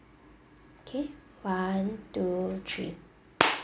okay one two three